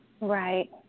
Right